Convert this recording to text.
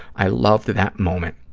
i loved that moment.